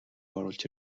оруулж